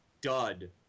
dud